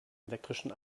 elektrischen